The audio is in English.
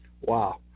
Wow